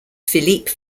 philippe